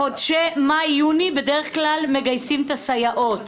בחודשי מאי-יוני בדרך כלל מגייסים את הסייעות.